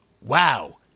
Wow